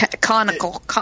Conical